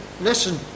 listen